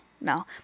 no